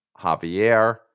Javier